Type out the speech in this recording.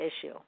issue